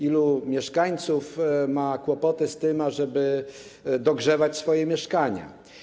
Ilu mieszkańców ma kłopoty z tym, ażeby dogrzewać swoje mieszkania?